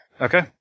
Okay